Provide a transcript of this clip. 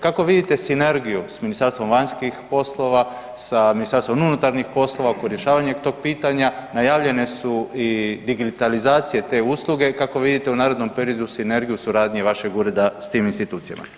Kako vidite sinergiju s Ministarstvom vanjskih poslova, s Ministarstvom unutarnjih poslova, oko rješavanja tog pitanja, najavljene su i digitalizacije te usluge, kako vidite u narednom periodu sinergiju suradnje vašeg Ureda s tim institucijama?